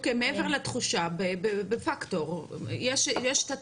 מעבר לתחושה דה פקטו,